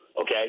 Okay